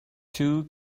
two